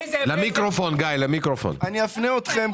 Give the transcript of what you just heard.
אני אפנה אתכם,